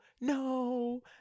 no